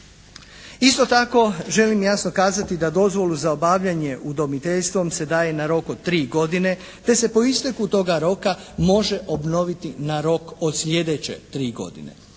Isto tako, želim jasno kazati da dozvolu za obavljanje udomiteljstvom se daje na rok od tri godine, te se po isteku toga roka može obnoviti na rok od slijedeće tri godine.